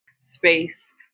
space